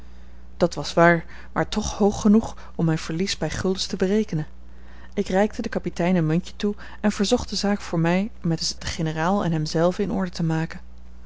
dat was waar maar toch hoog genoeg om mijn verlies bij guldens te berekenen ik reikte den kapitein een muntje toe en verzocht de zaak voor mij met den generaal en hem zelven in orde te maken